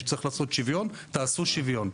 שצריך לעשות שוויון תעשו שוויון.